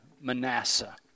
Manasseh